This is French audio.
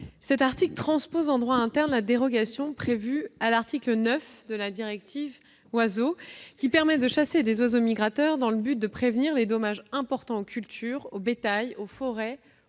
article transpose en droit interne la dérogation prévue à l'article 9 de la directive Oiseaux, qui permet de chasser des oiseaux migrateurs dans le but de prévenir les dommages importants aux cultures, au bétail, aux forêts, aux